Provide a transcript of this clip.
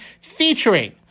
featuring